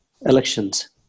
elections